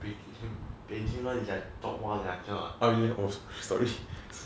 peking beijing one is like top one I cannot